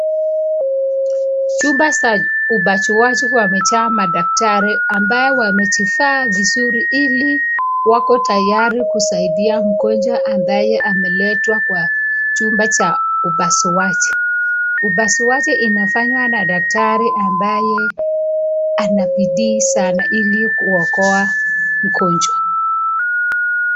Chumba za upasuaji wamejaa madakitari ambaye wamejivaa vizuri ili wako tayari kumsaidia mgonjwa ambaye ameletwa kwa chumba cha upasuaji . Upasuaji inafanywa na dakitari ambaye anabidii sana ili kuokoa mgonjwa.